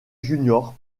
junior